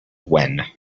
when